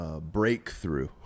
breakthrough